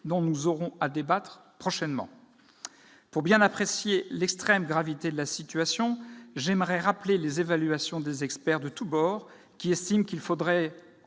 dont nous aurons à débattre prochainement. Pour bien apprécier l'extrême gravité de la situation, j'aimerais rappeler que des experts de tous bords estiment qu'il faudrait